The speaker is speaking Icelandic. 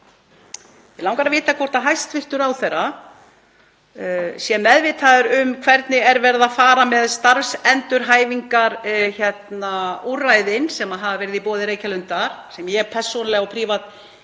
Mig langar að vita hvort hæstv. ráðherra sé meðvitaður um hvernig er verið að fara með starfsendurhæfingar, úrræðin sem hafa verið í boði Reykjalundar, sem ég persónulega og prívat tel